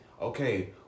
Okay